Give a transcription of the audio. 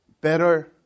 better